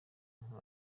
nka